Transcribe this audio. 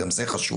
גם זה חשוב.